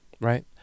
right